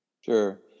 Sure